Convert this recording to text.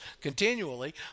continually